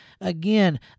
Again